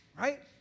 Right